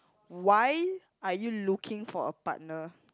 why are you looking for a partner